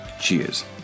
cheers